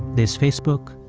there's facebook.